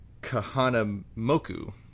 kahanamoku